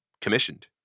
commissioned